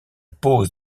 pause